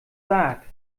sagt